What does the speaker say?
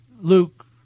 Luke